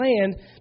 land